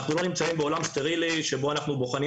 אנחנו לא נמצאים בעולם סטרילי שבו אנחנו בוחנים